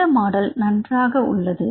இந்த மாடல் நன்றாக உள்ளது